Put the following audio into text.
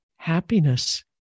happiness